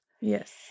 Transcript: Yes